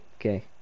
Okay